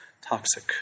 toxic